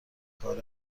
کار